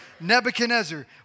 Nebuchadnezzar